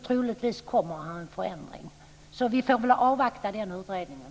Troligtvis kommer en förändring, så vi får väl avvakta den utredningen.